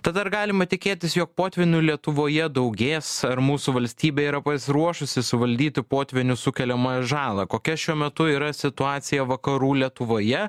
tad ar galima tikėtis jog potvynių lietuvoje daugės ar mūsų valstybė yra pasiruošusi suvaldyti potvynių sukeliamą žalą kokia šiuo metu yra situacija vakarų lietuvoje